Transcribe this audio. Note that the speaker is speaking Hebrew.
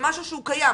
במשהו שהוא קיים,